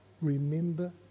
remember